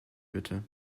bitte